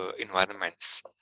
environments